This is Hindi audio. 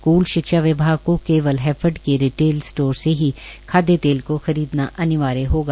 स्कूल शिक्षा विभाग को केवल हैफेड के रिटेल स्टोर से ही खाद्य तेल को खरीदना अनिवार्य होगा